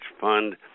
fund